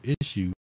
issue